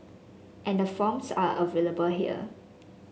and the forms are available here